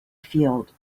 field